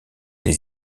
les